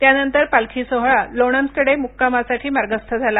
त्यानंतर पालखी सोहळा लोणदकडे मुक्कामासाठी मार्गस्थ झाला